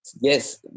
yes